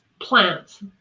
plants